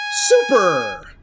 Super